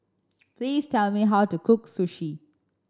please tell me how to cook Sushi